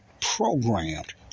programmed